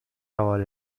طوال